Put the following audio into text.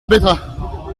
betra